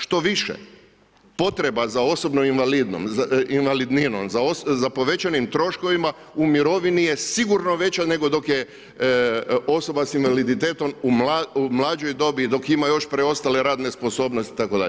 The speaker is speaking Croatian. Štoviše, potreba za osobnom invalidninom, za povećanim troškovima, u mirovini je sigurno veća nego dok je osoba sa invaliditetom u mlađoj dobi, dok ima još preostale radne sposobnosti itd.